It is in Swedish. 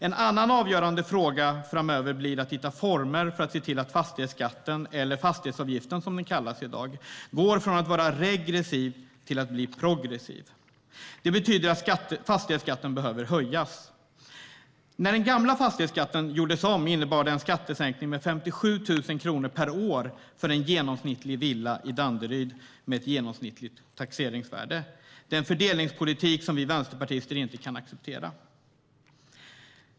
En annan avgörande fråga framöver blir att hitta former för att se till att fastighetsskatten eller fastighetsavgiften, som den kallas i dag, går från att vara regressiv till att bli progressiv. Det betyder att fastighetsskatten behöver höjas. När den gamla fastighetsskatten gjordes om innebar det en skattesänkning med 57 000 kronor per år för en genomsnittlig villa i Danderyd med ett genomsnittligt taxeringsvärde. Det är en fördelningspolitik som vi vänsterpartister inte kan acceptera.